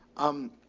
um,